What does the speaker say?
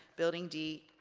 building d,